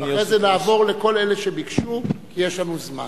אחרי זה נעבור לכל אלה שביקשו, כי יש לנו זמן.